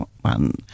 one